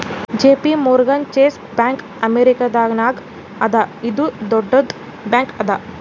JP Morgan Chase bank ಅಮೇರಿಕಾನಾಗ್ ಅದಾ ಇದು ದೊಡ್ಡುದ್ ಬ್ಯಾಂಕ್ ಅದಾ